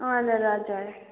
हजुर हजुर